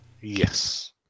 Yes